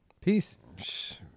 Peace